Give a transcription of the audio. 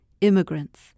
Immigrants